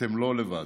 אתם לא לבד.